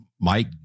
Mike